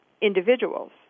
individuals